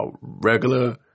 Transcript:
regular